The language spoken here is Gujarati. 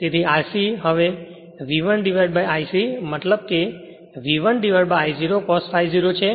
તેથી R c હવે V1I c મતલબ કે V1I0 cos ∅ 0 છે